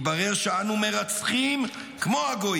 אבל המנטליות המאפשרת את הקמתם קיימת גם אצלנו";